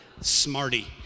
Smarty